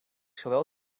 zowel